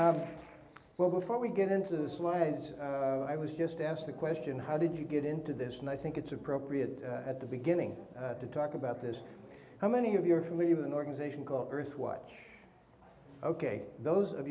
while before we get into the slides i was just asked the question how did you get into this and i think it's appropriate at the beginning to talk about this how many of you are familiar with an organization called earth watch ok those of